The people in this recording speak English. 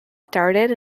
started